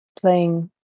playing